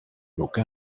broke